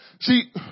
See